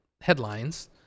headlines